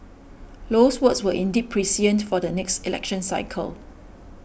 Low's words were indeed prescient for the next election cycle